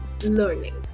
Learning